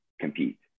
compete